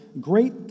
great